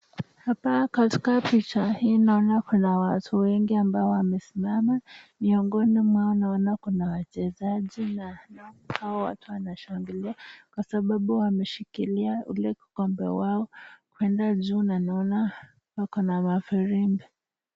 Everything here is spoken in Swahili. Hapa katika picha hii naona kuna watu wengi ambao wamesimama .Miongoni mwao naona kuna wachezaji na naona hao watu wanashangilia kwa sababu wameshikilia ule kikombe yao kwenda juu na naona wako na mafilimbi.